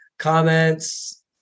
comments